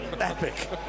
epic